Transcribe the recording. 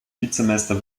vizemeister